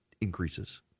increases